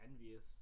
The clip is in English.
envious